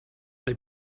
they